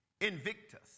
Invictus